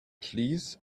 please